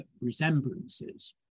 resemblances